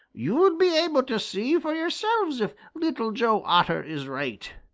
you will be able to see for yourselves if little joe otter is right.